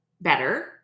better